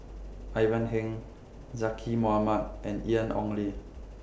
Ivan Heng Zaqy Mohamad and Ian Ong Li